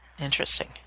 Interesting